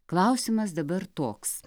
klausimas dabar toks